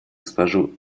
госпожу